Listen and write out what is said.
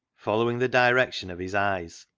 following the direction of his eyes,